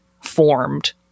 formed